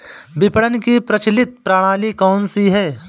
विपणन की प्रचलित प्रणाली कौनसी है?